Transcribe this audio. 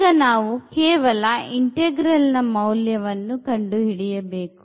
ಈಗ ನಾವು ಕೇವಲ ಇಂಟೆಗ್ರಲ್ ನ ಮೌಲ್ಯವನ್ನು ಕಂಡುಹಿಡಿಯಬೇಕು